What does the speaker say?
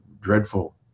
dreadful